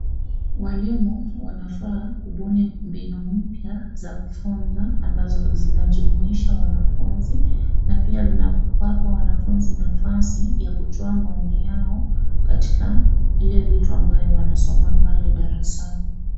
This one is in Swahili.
Walimu wanafaa kubuni mbinu mpya za kufunza ambazo zinajumuisha wanafunzi, na pia zinawapa wanafunzi nafasi ya kutoa maoni yao katika ile vitu ambayo wanasoma pale darasani.